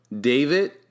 David